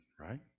right